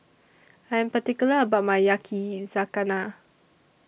I'm particular about My Yakizakana